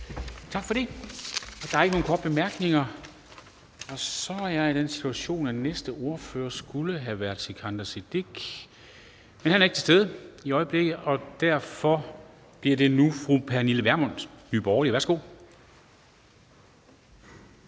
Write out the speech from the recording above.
Tak for det. Der er ikke nogen korte bemærkninger. Så er jeg i den situation, at den næste ordfører skulle have været hr. Sikandar Siddique, men han er ikke til stede i øjeblikket, og derfor bliver det nu fru Pernille Vermund, Nye Borgerlige. Værsgo.